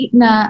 na